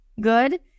good